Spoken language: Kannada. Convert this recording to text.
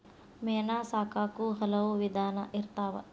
ಮೇನಾ ಸಾಕಾಕು ಹಲವು ವಿಧಾನಾ ಇರ್ತಾವ